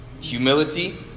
Humility